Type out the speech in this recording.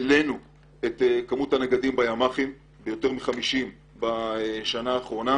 העלנו את כמות הנגדים בימ"חים ביותר מ-50 בשנה האחרונה,